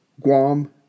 Guam